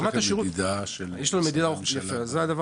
רמת השירות --- יש לכם מדידה של משרדי הממשלה --- זה הדבר